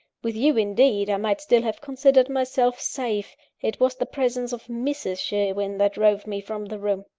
with you, indeed, i might still have considered myself safe it was the presence of mrs. sherwin that drove me from the room.